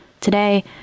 Today